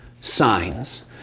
signs